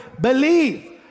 believe